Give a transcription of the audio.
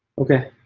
ok.